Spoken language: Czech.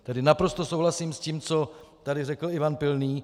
Tedy naprosto souhlasím s tím, co tady řekl Ivan Pilný.